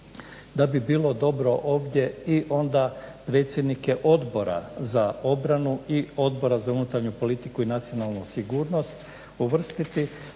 da bi bilo dobro ovdje i onda predsjednike odbora za obranu i odbora za unutarnju politiku i nacionalnu sigurnost uvrstiti